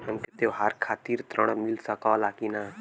हमके त्योहार खातिर त्रण मिल सकला कि ना?